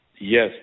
Yes